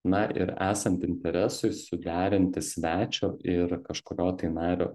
na ir esant interesui suderinti svečio ir kažkurio tai nario